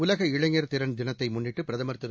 உலக இளைஞர் திறன் தினத்தை முன்னிட்டு பிரதமர் திரு